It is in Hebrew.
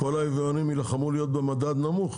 כל היבואנים יילחמו להיות במדד נמוך